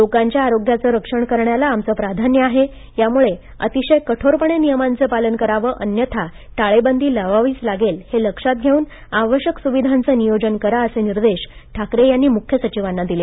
लोकांच्या आरोग्याचं रक्षण करण्याला आमचं प्राधान्य आहे त्यामुळे अतिशय कठोरपणे नियमांचं पालन करावं अन्यथा टाळेबंदी लावावीच लागेल हे लक्षात घेऊन आवश्यक सुविधांचं नियोजन करा असे निर्देश ठाकरे यांनी मुख्य सचिवांना दिले